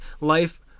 life